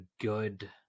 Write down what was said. good